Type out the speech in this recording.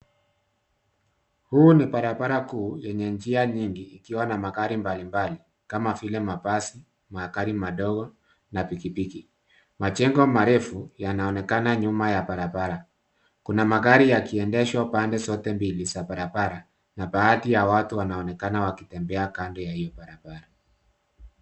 Huu ni barabara kuu yenye njia nyingi ikiwa na magari mbalimbali kama vile mabasi, magari madogo na pikipiki. Majengo marefu yanaonekana nyuma ya barabara. Kuna magari yakiendeshwa pande zote mbili za barabara na baadhi ya watu wanaonekana wakitembea kando ya hiyo barabara.